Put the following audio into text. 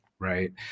Right